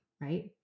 Right